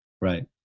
Right